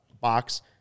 box